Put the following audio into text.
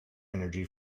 energy